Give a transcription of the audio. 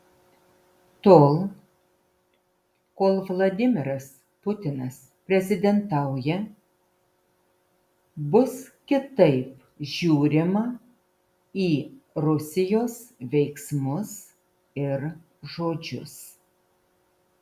tol kol vladimiras putinas prezidentauja bus kitaip žiūrima į rusijos veiksmus ir žodžius